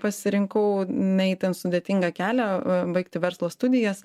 pasirinkau ne itin sudėtingą kelią baigti verslo studijas